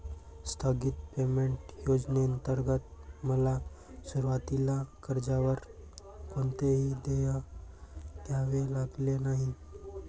स्थगित पेमेंट योजनेंतर्गत मला सुरुवातीला कर्जावर कोणतेही देय द्यावे लागले नाही